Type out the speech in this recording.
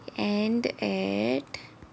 end at